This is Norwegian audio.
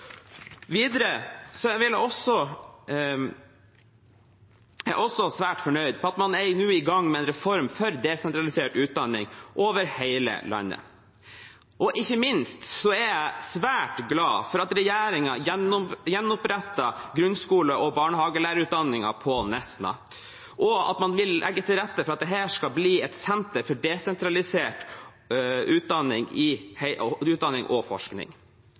Videre er jeg også svært fornøyd med at man nå er i gang med en reform for desentralisert utdanning over hele landet. Ikke minst er jeg svært glad for at regjeringen gjenopprettet grunnskole- og barnehagelærerutdanningen på Nesna, og at man vil legge til rette for at dette skal bli et senter for desentralisert utdanning og forskning. Og ja, dette er god distriktspolitikk, i